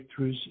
Breakthroughs